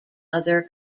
other